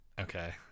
okay